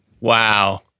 Wow